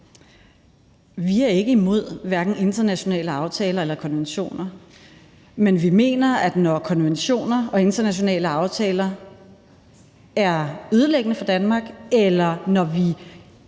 Vi er hverken imod internationale aftaler eller konventioner, men vi mener, at når konventioner og internationale aftaler er ødelæggende for Danmark, eller når et